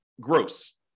gross